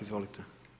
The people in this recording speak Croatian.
Izvolite.